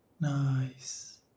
Nice